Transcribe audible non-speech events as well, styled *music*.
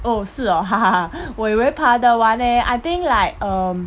oh 是 hor *laughs* 我以为爬得完 eh I think like um